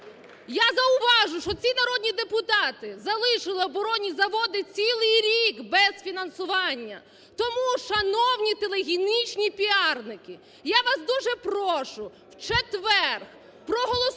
Я зауважу, що ці народні депутати залишили оборонні заводи цілий рік без фінансування. Тому шановні телегенічні піарники, я вас дуже прошу у четвер проголосуйте